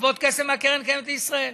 לגבות כסף מהקרן קיימת לישראל.